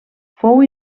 fou